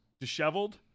disheveled